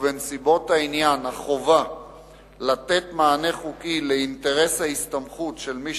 ובנסיבות העניין החובה לתת מענה חוקי לאינטרס ההסתמכות של מי